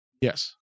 Yes